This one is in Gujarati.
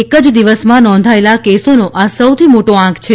એક દિવસમાં નોંધાયેલા કેસોનો આ સૌથી મોટો આંક છે